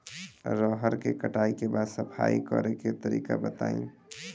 रहर के कटाई के बाद सफाई करेके तरीका बताइ?